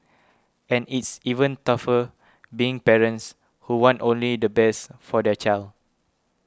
and it's even tougher being parents who want only the best for their child